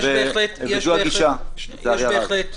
זו הגישה לצערי הרב.